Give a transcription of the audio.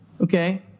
okay